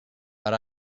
but